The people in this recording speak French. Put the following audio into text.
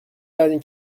dernier